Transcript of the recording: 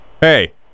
Hey